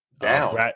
Down